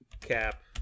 Cap